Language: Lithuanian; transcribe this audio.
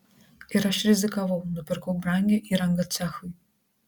ir aš rizikavau nupirkau brangią įrangą cechui